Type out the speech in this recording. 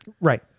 Right